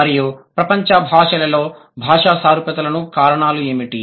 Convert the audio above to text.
మరియు ప్రపంచ భాషలలో భాషా సారూప్యతలకు కారణాలు ఏమిటి